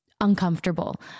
uncomfortable